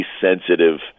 sensitive